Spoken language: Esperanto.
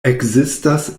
ekzistas